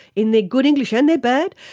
in their good english and their bad,